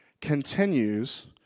continues